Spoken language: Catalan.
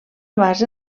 base